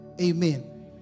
amen